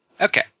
Okay